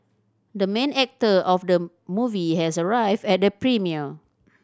the main actor of the movie has arrived at the premiere